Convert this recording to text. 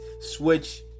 switch